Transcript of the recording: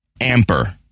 Amper